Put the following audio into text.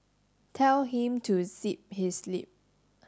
tell him to zip his lip